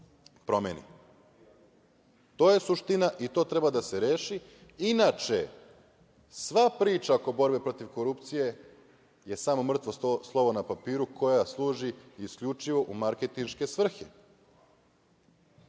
je suština i to treba da se reši, inače sva priča oko borbe protiv korupcije je samo mrtvo slovo na papiru koje služi isključivo u marketinške svrhe.